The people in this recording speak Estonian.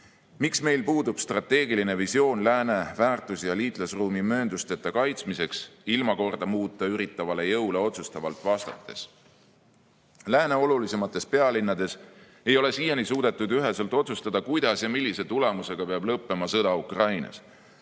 Miks meil puudub strateegiline visioon lääne väärtus- ja liitlasruumi mööndusteta kaitsmiseks ilmakorda muuta üritavale jõule otsustavalt vastates? Lääne olulisemates pealinnades ei ole siiani suudetud üheselt otsustada, kuidas ja millise tulemusega peab lõppema sõda Ukrainas.